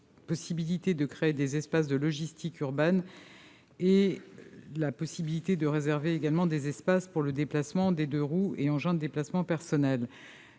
fois de créer des espaces de logistique urbaine et de réserver des espaces pour le déplacement des deux-roues et engins de déplacement personnel.